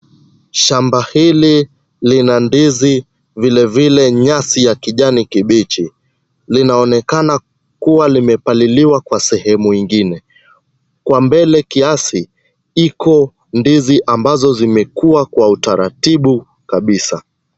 Shamba hili ni la ndizi vile vile nyasi ya kijani kibichi. Linaonekana kuwa limepaliliwa kwa sehemu ingine. Kwa mbele kiasi iko ndizi ambazo zimekuwa kwa utaratibu kabisa.